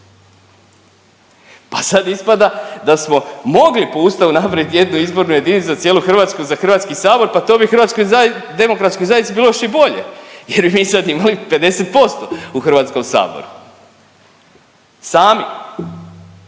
pa sad ispada da smo mogli po Ustavu napravit jednu izbornu jedinicu za cijelu Hrvatsku za Hrvatski sabor pa to bi HDZ-u bilo još i bolje jer bi mi sad imali 50% u Hrvatskom saboru. Sami.